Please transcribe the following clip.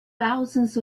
thousands